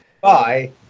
bye